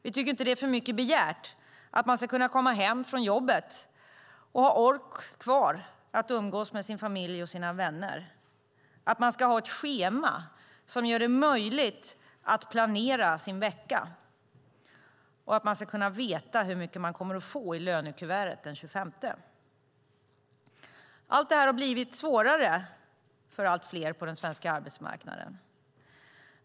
Vi tycker inte att det är för mycket begärt att man ska kunna komma hem från jobbet och ha ork kvar att umgås med sin familj och sina vänner. Man ska ha ett schema som gör det möjligt att planera sin vecka. Man ska kunna veta hur mycket man kommer att få i lönekuvertet den 25. Allt det här har blivit svårare för allt fler på den svenska arbetsmarknaden.